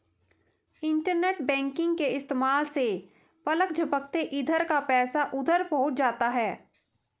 internet banking के इस्तेमाल से पलक झपकते इधर का पैसा उधर पहुँच जाता है